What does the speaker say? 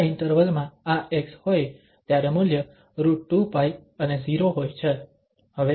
જ્યારે આ ઇન્ટરવલ માં આ x હોય ત્યારે મૂલ્ય √2π અને 0 હોય છે